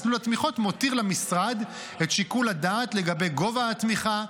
מסלול התמיכות מותיר למשרד את שיקול הדעת לגבי גובה התמיכה,